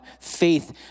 faith